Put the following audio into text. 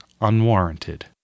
unwarranted